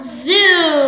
zoo